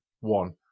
one